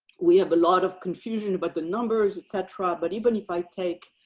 we have a lot of confusion about the numbers, etc. but even if i take,